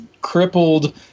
crippled